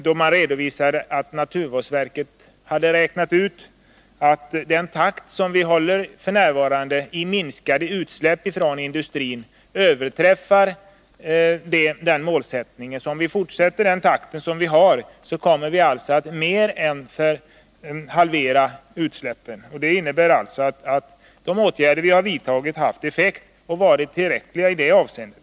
Då redovisades att naturvårdsverket har räknat ut att den takt som vi f. n. håller när det gäller minskade utsläpp från industrin överträffar denna målsättning. Om vi fortsätter att hålla nuvarande takt, kommer vi alltså att mer än halvera utsläppen. Det innebär att de åtgärder som vi har vidtagit har haft effekt och har varit tillräckliga i detta avseende.